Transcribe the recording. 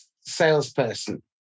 salesperson